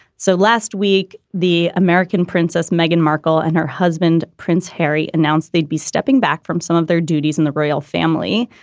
so last week, the american princess meghan markle and her husband, prince harry, announced they'd be stepping back from some of their duties in the royal family.